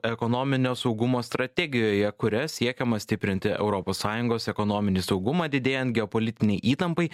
ekonominio saugumo strategijoje kuria siekiama stiprinti europos sąjungos ekonominį saugumą didėjant geopolitinei įtampai